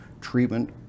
treatment